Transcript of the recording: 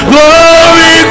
Glory